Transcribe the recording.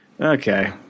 Okay